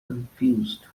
confused